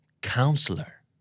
counselor